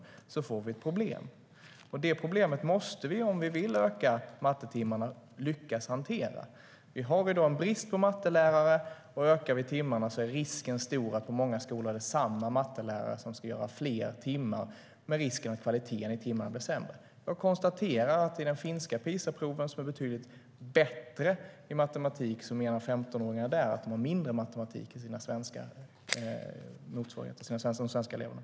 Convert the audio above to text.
Då får vi ett problem. Jag konstaterar att resultaten i de finska PISA-proven är betydligt bättre i matematik för 15-åringar där som har mindre matematik än de svenska eleverna.